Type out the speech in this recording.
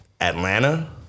Atlanta